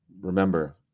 remember